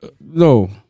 No